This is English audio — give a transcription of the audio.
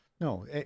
No